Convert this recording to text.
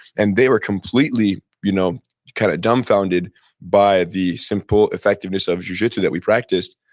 and they were completely you know kind of dumbfounded by the simple effectiveness of jujitsu that we practiced.